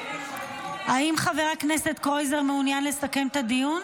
האם חבר הכנסת קרויזר מעוניין לסכם את הדיון?